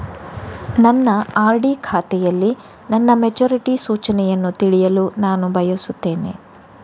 ನನ್ನ ಆರ್.ಡಿ ಖಾತೆಯಲ್ಲಿ ನನ್ನ ಮೆಚುರಿಟಿ ಸೂಚನೆಯನ್ನು ತಿಳಿಯಲು ನಾನು ಬಯಸ್ತೆನೆ